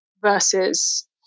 versus